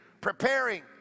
preparing